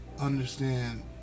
understand